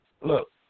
Look